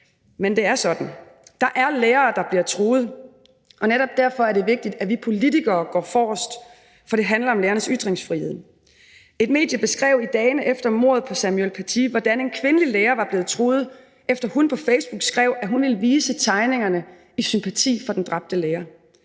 men det er sådan: Der er lærere, der bliver truet, og netop derfor er det vigtigt, at vi politikere går forrest, for det handler om lærernes ytringsfrihed. Et medie beskrev i dagene efter mordet på Samuel Paty, hvordan en kvindelig lærer var blevet truet, efter hun på Facebook skrev, at hun ville vise tegningerne i sympati for den dræbte lærer.